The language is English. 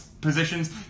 positions